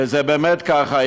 וזה באמת ככה.